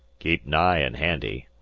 keep nigh an' handy,